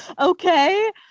Okay